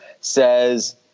says